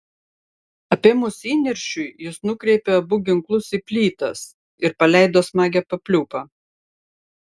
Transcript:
apėmus įniršiui jis nukreipė abu ginklus į plytas ir paleido smagią papliūpą